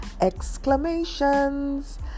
exclamations